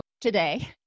today